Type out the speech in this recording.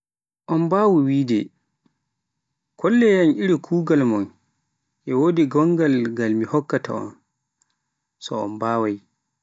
On waawi diwde, kolleyan iri kugal mon, e wodi gongal ngal mo hokkata on so om bawai.